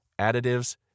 additives